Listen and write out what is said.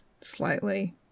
slightly